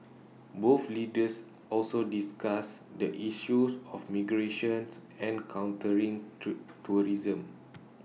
both leaders also discussed the issues of migrations and countering to tourism